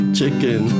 chicken